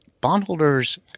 bondholders